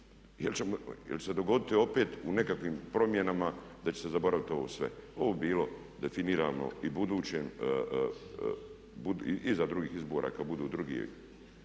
jer će se dogoditi opet u nekakvim promjenama da će se zaboraviti ovo sve. Ovo …/Govornik se ne razumije./… bilo definirano i budućim, iza drugih izbora, kada budu drugi